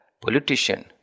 politician